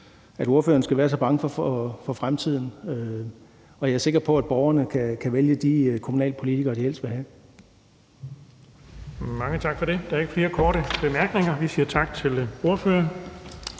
at ordføreren skal være så bange for fremtiden, og jeg er sikker på, at borgerne kan vælge de kommunalpolitikere, de helst vil have. Kl. 15:36 Den fg. formand (Erling Bonnesen): Mange tak for det. Der er ikke flere korte bemærkninger. Vi siger tak til ordføreren.